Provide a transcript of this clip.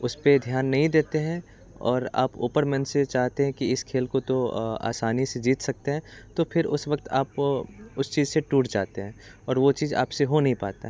उस पर ध्यान नहीं देते हैं और आप ऊपर मन से चाहते हैं कि इस खेल को तो आसानी से जीत सकते हैं तो फिर उस वक़्त आप वो उस चीज से टूट जाते हैं और वह चीज़ आप से हो नहीं पाता है